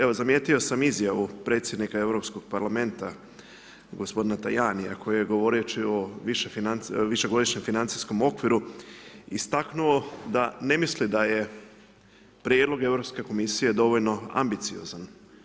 Evo, zamijetio sam izjavu predsjednika Europskog parlamenta gospodina Tajanija koji je govoreći o višegodišnjem financijskom okviru istaknuo da ne misli da je prijedlog Europske komisije dovoljno ambiciozan.